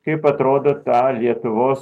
kaip atrodo ta lietuvos